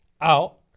out